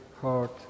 heart